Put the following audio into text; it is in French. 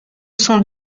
sont